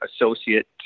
associate